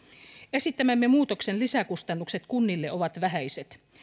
esittämämme muutoksen lisäkustannukset kunnille ovat vähäiset